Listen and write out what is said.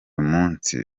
munsi